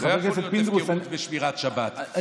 לא יכולה להיות הפקרות בשמירת שבת,